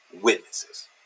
witnesses